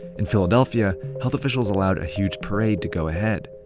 in philadelphia, health officials allowed a huge parade to go ahead.